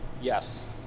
Yes